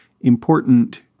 important